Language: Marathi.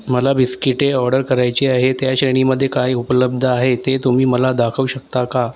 मला बिस्किटे ऑडर करायची आहेत ह्या श्रेणीमध्ये काय उपलब्ध आहे ते तुम्ही मला दाखवू शकता का